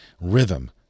Rhythm